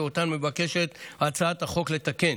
ואותן מבקשת הצעת החוק לתקן